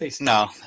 No